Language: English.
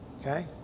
okay